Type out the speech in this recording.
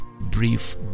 brief